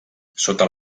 sota